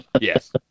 Yes